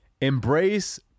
Embrace